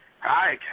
Hi